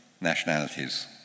nationalities